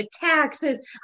taxes